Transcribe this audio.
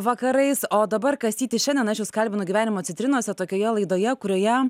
vakarais o dabar kastyti šiandien aš jus kalbinu gyvenimo citrinose tokioje laidoje kurioje